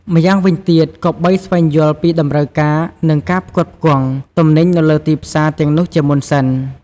ម្យ៉ាងវិញទៀតគប្បីស្វែងយល់ពី តម្រូវការ និងការផ្គត់ផ្គង់ ទំនិញនៅលើទីផ្សារទាំងនោះជាមុនសិន។